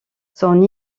son